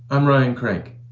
i'm ryan krank,